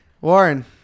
Warren